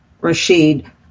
Rashid